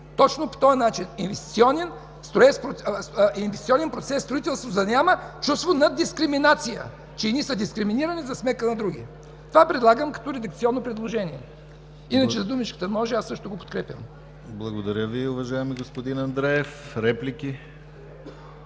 точно по този начин: инвестиционен процес „строителство”, за да няма чувство на дискриминация, че едни са дискриминирани за сметка на други. Това предлагам като редакционно предложение. Иначе за думичката „може” аз също го подкрепям. ПРЕДСЕДАТЕЛ ДИМИТЪР ГЛАВЧЕВ: Благодаря Ви, уважаеми господин Андреев. Реплики?